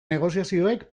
negoziazioek